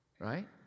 Right